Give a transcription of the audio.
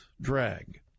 drag